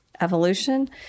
evolution